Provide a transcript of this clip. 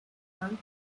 and